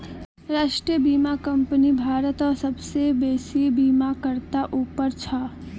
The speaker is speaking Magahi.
राष्ट्रीय बीमा कंपनी भारतत सबसे बेसि बीमाकर्तात उपर छ